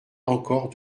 encore